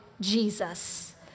Jesus